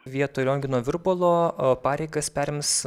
vietoj liongino virbalo pareigas perims